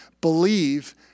Believe